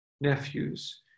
nephews